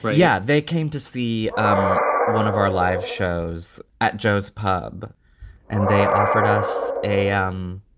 but yeah they came to see um one of our live shows at joe's pub and they offered us a um